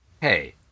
Hey